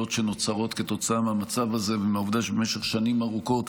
שנוצרות כתוצאה מהמצב הזה ומהעובדה שבמשך שנים ארוכות